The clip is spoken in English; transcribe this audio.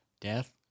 Death